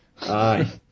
Aye